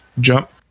jump